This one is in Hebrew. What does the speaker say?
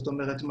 זאת אומרת,